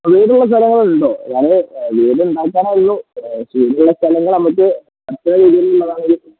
വീടുള്ള സ്ഥലങ്ങളുണ്ടോ ഞാൻ വീട് ഉണ്ടാക്കാനായിരുന്നു വീടുള്ള സ്ഥലങ്ങൾ നമുക്ക് അത്ര രീതിയിൽ ഉള്ളതാണേൽ